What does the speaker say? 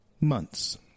months